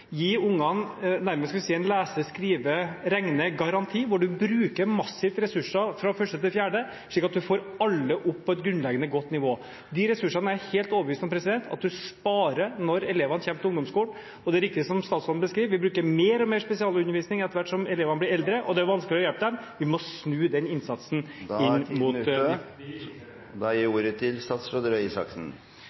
nærmest gi ungene en lese-, skrive- og regnegaranti, hvor man massivt bruker ressurser fra 1.–4. klasse slik at man får alle opp på et grunnleggende godt nivå. De ressursene er jeg helt overbevist om at man sparer når elevene kommer til ungdomsskolen. Og det er riktig som statsråden beskriver, at vi bruker mer og mer spesialundervisning etter hvert som elevene blir eldre og det er vanskelig å hjelpe dem. Vi må snu den innsatsen